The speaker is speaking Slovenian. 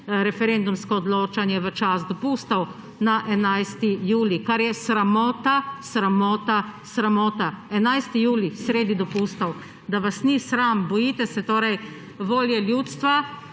referendumsko odločanje v čas dopustov, na 11. julij, kar je sramota, sramota, sramota. 11. julij, sredi dopustov! Da vas ni sram! Bojite se torej volje ljudstva;